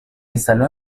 instaló